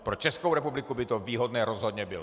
Pro Českou republiku by to výhodné rozhodně bylo.